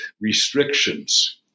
restrictions